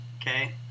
okay